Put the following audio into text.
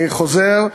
אני חוזר,